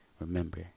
remember